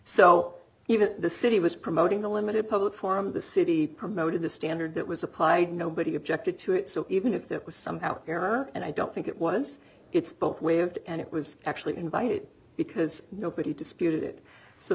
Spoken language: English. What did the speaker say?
so even the city was promoting the limited public forum of the city promoted the standard that was applied nobody objected to it so even if that was somehow error and i don't think it was it's both waved and it was actually invited because nobody disputed